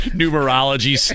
numerology